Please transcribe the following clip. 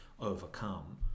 overcome